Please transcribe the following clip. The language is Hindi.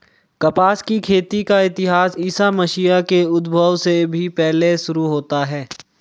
कपास की खेती का इतिहास ईसा मसीह के उद्भव से भी पहले शुरू होता है